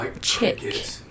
Chick